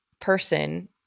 person